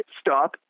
Stop